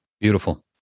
Beautiful